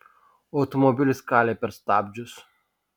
automobilis kalė per stabdžius